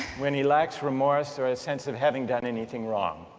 when he lacks remorse or a sense of having done anything wrong.